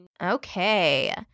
Okay